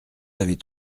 avez